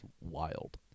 wild